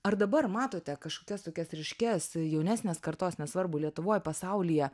ar dabar matote kažkokias tokias ryškias jaunesnės kartos nesvarbu lietuvoj pasaulyje